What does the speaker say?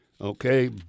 okay